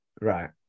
Right